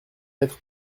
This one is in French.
être